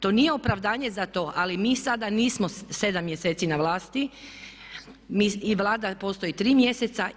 To nije opravdanje za to, ali mi sada nismo 7 mjeseci na vlasti i Vlada postoji 3 mjeseca.